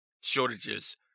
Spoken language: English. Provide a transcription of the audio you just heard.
shortages